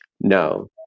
No